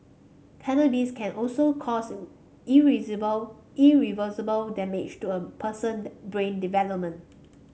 cannabis can also cause irreversible damage to a person brain development